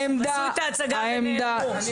הם עשו את ההצגה ונעלמו.